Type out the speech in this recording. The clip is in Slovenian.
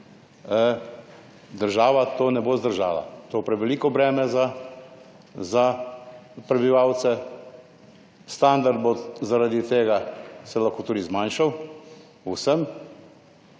država to ne bo zdržala. To bo preveliko breme za prebivalce, standard bo, zaradi tega se lahko tudi zmanjšal, vsem.